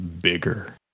bigger